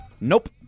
Nope